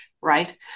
Right